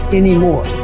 anymore